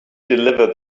deliver